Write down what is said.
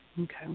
Okay